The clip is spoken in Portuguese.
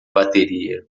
bateria